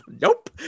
nope